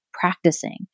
practicing